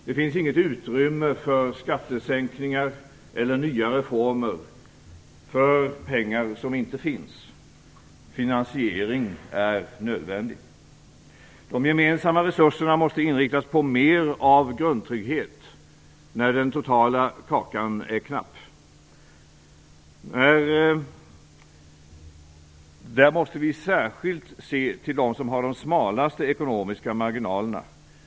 Det finns inget utrymme för skattesänkningar eller nya reformer för pengar som inte finns. Finansiering är nödvändig. De gemensamma resurserna måste inriktas på mer av grundtrygghet när den totala kakan är knapp. Vi måste särskilt se till dem som har de smalaste ekonomiska marginalerna.